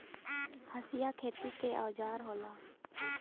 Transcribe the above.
हंसिया खेती क औजार होला